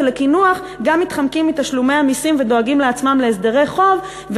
ולקינוח גם מתחמקים מתשלומי מסים ודואגים לעצמם להסדרי חוב,